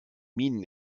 minen